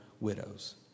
widows